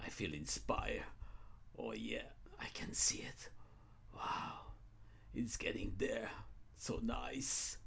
i feel inspired or yeah i can see it wow it's getting there so nice